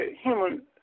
human